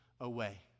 away